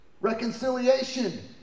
reconciliation